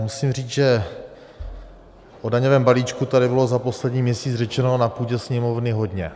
Musím říct, že o daňovém balíčku tady bylo za poslední měsíc řečeno na půdě Sněmovny hodně.